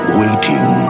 waiting